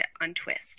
untwist